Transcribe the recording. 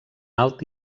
alt